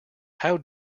how